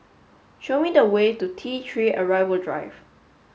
show me the way to T three Arrival Drive